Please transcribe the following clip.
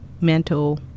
mental